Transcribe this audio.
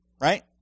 right